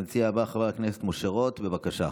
המציע הבא, חבר הכנסת משה רוט, בבקשה.